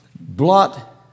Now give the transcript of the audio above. Blot